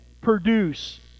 produce